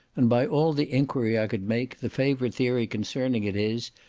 and, by all the enquiry i could make, the favourite theory concerning it is,